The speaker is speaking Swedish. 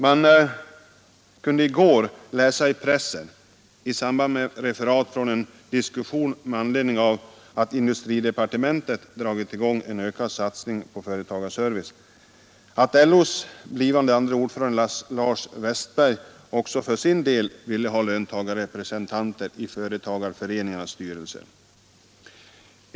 Man kunde i går läsa i pressen — i samband med referat från en diskussion med anledning av att industridepartementet dragit i gång en ökad satsning på företagsservice — att LO:s blivande andre ordförande Lars Westberg också ville ha löntagarrepresentanter i företagarföreningarnas styrelser.